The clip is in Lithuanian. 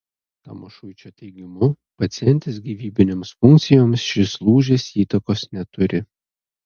tamošuičio teigimu pacientės gyvybinėms funkcijoms šis lūžis įtakos neturi